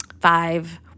five